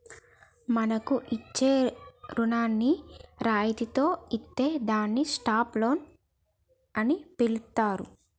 మనకు ఇచ్చే రుణాన్ని రాయితితో ఇత్తే దాన్ని స్టాప్ లోన్ అని పిలుత్తారు